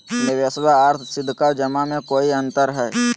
निबेसबा आर सीधका जमा मे कोइ अंतर हय?